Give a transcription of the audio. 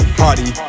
party